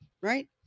right